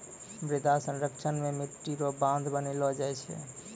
मृदा संरक्षण मे मट्टी रो बांध बनैलो जाय छै